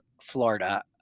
florida